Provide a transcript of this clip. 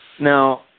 Now